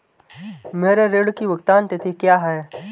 मेरे ऋण की भुगतान तिथि क्या है?